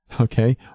Okay